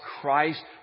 Christ